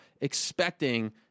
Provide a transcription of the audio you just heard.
expecting